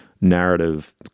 narrative